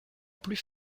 plus